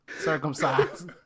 circumcised